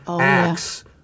acts